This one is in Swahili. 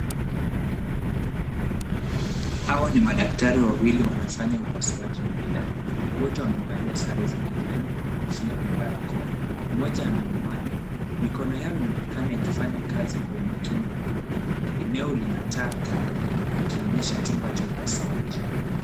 Hawa ni madaktari wawili wanafanya upasuaji maridadi, wote wamevalia sare za kijani, kofia na barakoa. Mmoja ana miwani. Mikono yao inaonekana ikifanya kazi kwa umakini mkubwa. Eneo lina taa kali, likionyesha chumba cha upasuaji.